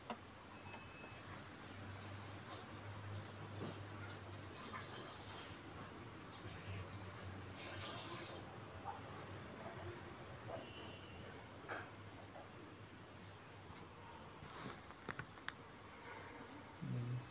mm